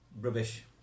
rubbish